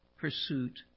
pursuit